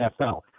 NFL